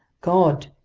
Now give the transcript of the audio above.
god,